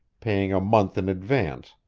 paying a month in advance,